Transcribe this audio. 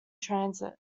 transit